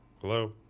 Hello